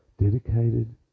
dedicated